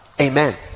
Amen